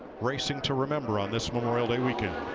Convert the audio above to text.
racing to remember on this memorial day weekend.